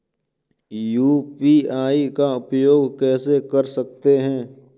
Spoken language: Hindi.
यू.पी.आई का उपयोग कैसे कर सकते हैं?